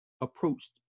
approached